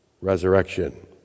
resurrection